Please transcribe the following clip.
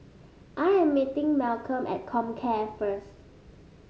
I am meeting Malcom at Comcare first